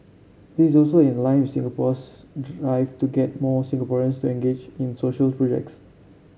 this is also in line with Singapore's drive to get more Singaporeans to engage in social projects